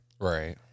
Right